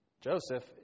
Joseph